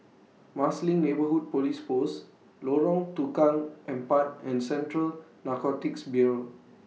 Marsiling Neighbourhood Police Post Lorong Tukang Empat and Central Narcotics Bureau